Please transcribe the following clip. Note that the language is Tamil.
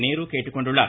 நேரு கேட்டுக்கொண்டுள்ளார்